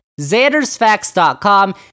Xander'sFacts.com